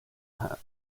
has